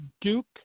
Duke